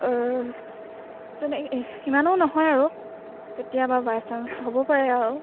তেনে ইমানো নহয় আৰু কেতিয়াবা বাইচান্স হ'ব পাৰে আৰু